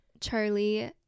charlie